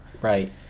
right